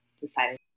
decided